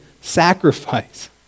sacrifice